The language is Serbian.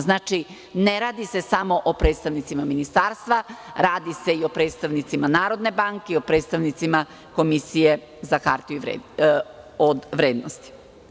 Znači, ne radi se samo o predstavnicima ministarstava, radi se o predstavnicima NBS, o predstavnicima Komisije za hartije od vrednosti.